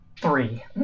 three